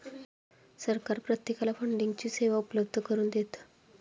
सरकार प्रत्येकाला फंडिंगची सेवा उपलब्ध करून देतं